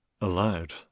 aloud